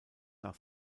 nach